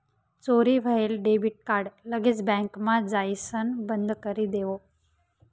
चोरी व्हयेल debit card लगेच बँकमा जाइसण बंदकरी देवो